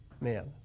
man